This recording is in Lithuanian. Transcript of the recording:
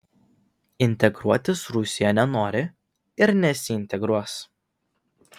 integruotis rusija nenori ir nesiintegruos